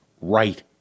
right